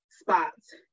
spots